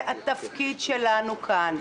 זה התפקיד שלנו כאן.